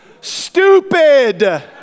Stupid